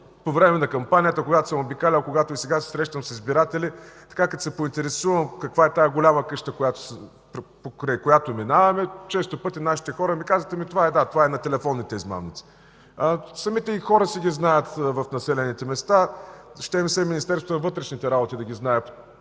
По време на кампанията, когато съм обикалял, когато и сега се срещам с избиратели, като се поинтересувам каква е тази голяма къща, покрай която минаваме, често пъти нашите хора ми казват: „Ами да, това е на телефонните измамници”. Самите хора си ги знаят в населените места. Ще ми се и Министерството на вътрешните работи да ги знае